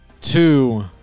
two